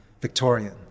Victorian